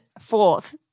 fourth